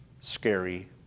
scary